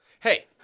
Hey